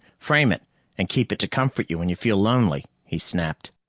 frame it and keep it to comfort you when you feel lonely, he snapped.